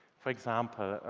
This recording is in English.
for example,